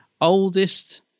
oldest